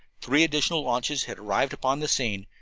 three additional launches had arrived upon the scene,